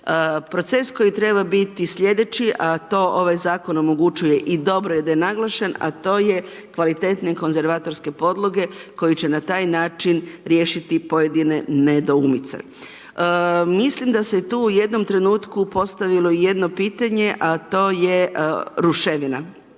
Proces koji je trebao biti slijedeći a to ovaj zakon omogućuje i dobro je da je naglašen, a to je kvalitetne konzervatorske podloge koje će na taj način riješiti pojedine nedoumice. Mislim da se tu u jednom trenutku postavilo jedno pitanje to je ruševina